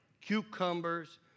cucumbers